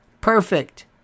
Perfect